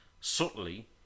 subtly